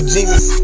Jesus